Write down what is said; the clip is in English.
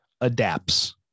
adapts